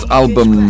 album